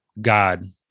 God